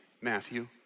Matthew